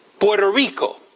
puerto rico,